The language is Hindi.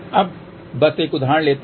अब बस एक उदाहरण लेते हैं